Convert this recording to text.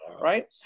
right